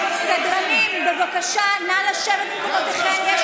נא לשבת במקומותיכם.